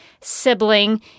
sibling